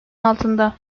altında